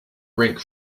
rink